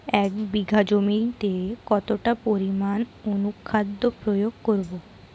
এক বিঘা জমিতে কতটা পরিমাণ অনুখাদ্য প্রয়োগ করব?